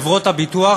חברות הביטוח